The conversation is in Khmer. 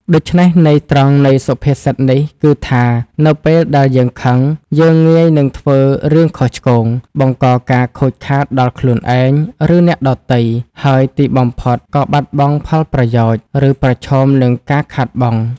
ដូច្នេះ ន័យត្រង់នៃសុភាសិតនេះគឺថា នៅពេលដែលយើងខឹង យើងងាយនឹងធ្វើរឿងខុសឆ្គង បង្កការខូចខាតដល់ខ្លួនឯង ឬអ្នកដទៃ ហើយទីបំផុតក៏បាត់បង់ផលប្រយោជន៍ ឬប្រឈមនឹងការខាតបង់។